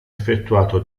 effettuato